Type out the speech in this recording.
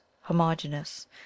homogeneous